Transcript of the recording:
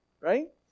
right